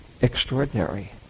extraordinary